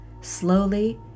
Slowly